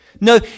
No